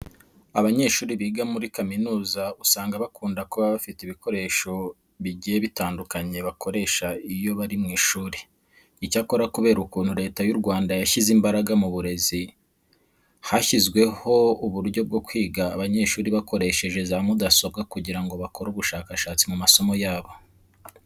Abanyeshuri biga muri kaminuza usanga bakunda kuba bafite ibikoresho bigiye bitandukanye bakoresha iyo bari mu ishuri. Icyakora kubera ukuntu Leta y'u Rwanda yashyize imbaraga mu burezi, hashyizweho uburyo bwo kwiga abanyeshuri bakoresheje za mudasobwa kugira ngo bakore ubushakashatsi ku masomo yabo.